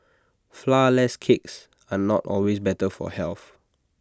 Flourless Cakes are not always better for health